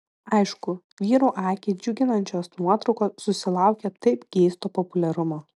aišku vyrų akį džiuginančios nuotraukos susilaukia taip geisto populiarumo